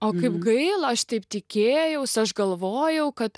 o kaip gaila aš taip tikėjausi aš galvojau kad